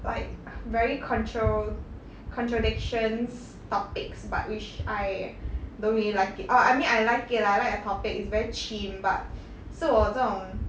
like very contro~ contradictions topics but which I don't really like it orh I mean I like it lah I like the topic it's very chim but 是我这种